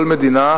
כל מדינה,